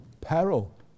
peril